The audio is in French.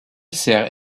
sert